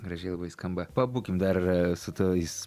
gražiai skamba pabūkim dar su tais